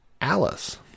Alice